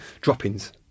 droppings